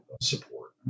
support